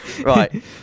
Right